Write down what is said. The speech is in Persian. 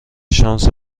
شانس